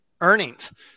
earnings